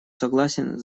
согласен